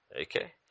Okay